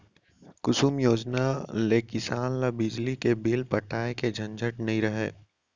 कुसुम योजना ले किसान ल बिजली के बिल पटाए के झंझट नइ रहय